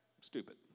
stupid